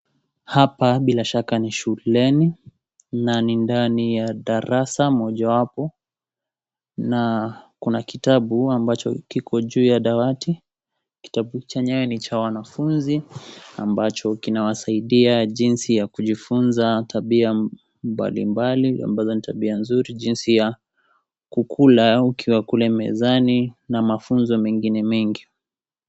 Hapa bila shaka ni shuleni na ni ndani ya darasa mojawapo na kuna kitabu ambacho kiko juu ya dawati kitabu chenyewe ni cha wanafunzi ambacho kinawasaidia jinsi ya kujifunza tabia mbalimbali ambazo ni tabia nzuri jinsi ya kukula ukiwa kule mezani na mafunzo mengine mengi.